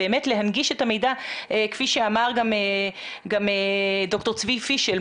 באמת להנגיש את המידע כפי שאמר גם ד"ר צבי פישל,